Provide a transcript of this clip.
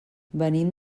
venim